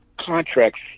contracts